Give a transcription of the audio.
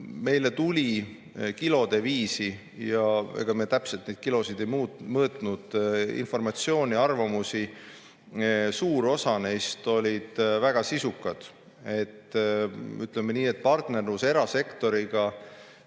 meile tuli kilode viisi, ja ega me täpselt neid kilosid ei [kaalunud], informatsiooni ja arvamusi. Suur osa neist olid väga sisukad. Ütleme nii, et partnerlus erasektoriga